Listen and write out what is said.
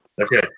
Okay